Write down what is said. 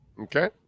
Okay